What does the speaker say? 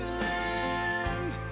land